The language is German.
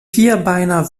vierbeiner